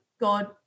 God